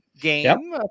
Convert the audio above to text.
game